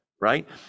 right